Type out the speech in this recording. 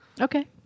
Okay